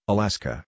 Alaska